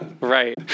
Right